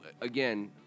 again